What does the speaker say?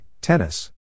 Tennis